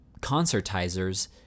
concertizers